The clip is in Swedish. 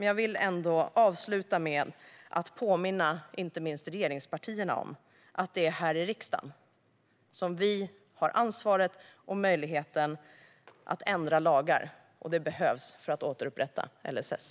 Jag vill ändå avsluta med att påminna inte minst regeringspartierna om att det är här i riksdagen som vi har ansvaret och möjligheten att ändra lagar. Det behövs för att återupprätta LSS.